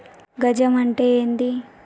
గజం అంటే ఏంది?